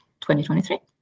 2023